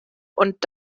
und